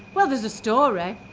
well, there's a story.